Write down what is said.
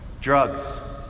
drugs